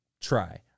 try